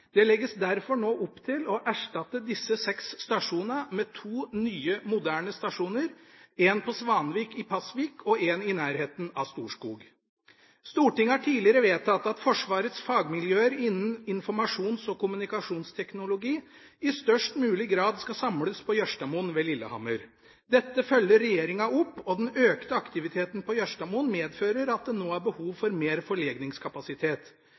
Det legges derfor nå opp til å erstatte disse seks stasjonene med to nye, moderne stasjoner – en på Svanvik i Pasvik og en i nærheten av Storskog. Stortinget har tidligere vedtatt at Forsvarets fagmiljøer innenfor informasjons- og kommunikasjonsteknologi i størst mulig grad skal samles på Jørstadmoen ved Lillehammer. Dette følger regjeringa opp, og den økte aktiviteten på Jørstadmoen medfører at det nå er behov for mer forlegningskapasitet.